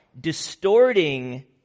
Distorting